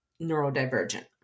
neurodivergent